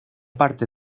parte